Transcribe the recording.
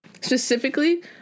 Specifically